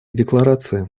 декларации